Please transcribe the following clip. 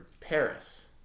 Paris